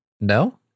no